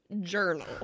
journal